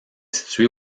située